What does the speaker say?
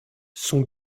son